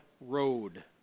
road